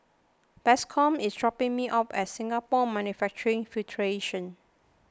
Bascom is dropping me off at Singapore Manufacturing Federation